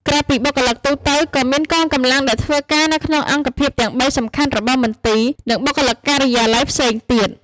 ក្រៅពីបុគ្គលិកទូទៅ ក៏មានកងកម្លាំងដែលធ្វើការនៅក្នុងអង្គភាពទាំងបីសំខាន់របស់មន្ទីរ និងបុគ្គលិកការិយាល័យផ្សេងទៀត។